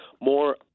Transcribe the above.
More